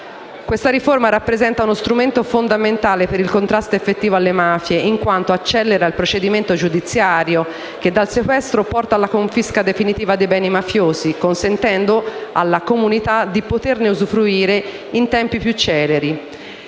Questa riforma rappresenta lo strumento fondamentale per il contrasto effettivo alle mafie in quanto accelera il procedimento giudiziario che dal sequestro porta alla confisca definitiva dei beni mafiosi, consentendo alla comunità di poterne usufruire in tempi più celeri.